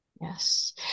yes